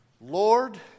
Lord